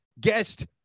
guest